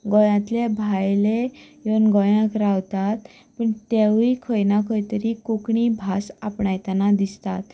गोंयांतल्या भायले येवन गोंयांत रावतात पूण तेवूय खंय ना खंय तरी कोंकणी भास आपणायतना दिसतात